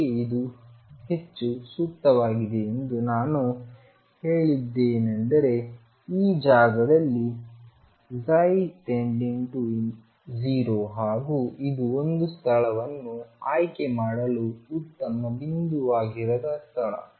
ಏಕೆ ಇದು ಹೆಚ್ಚು ಸೂಕ್ತವಾಗಿದೆ ಎಂದು ನಾನು ಹೇಳಿದ್ದೇನೆಂದರೆ ಈ ಜಾಗದಲ್ಲಿ ψ→0 ಹಾಗೂ ಇದು ಒಂದು ಸ್ಥಳವನ್ನು ಆಯ್ಕೆ ಮಾಡಲು ಉತ್ತಮ ಬಿಂದುವಾಗದಿರುವ ಸ್ಥಳ